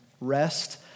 Rest